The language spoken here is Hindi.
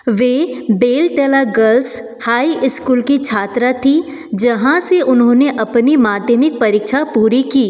वह बेलतला गर्ल्स हाई स्कूल की छात्रा थी जहाँ से उन्होंने अपनी माध्यमिक परीक्षा पूरी की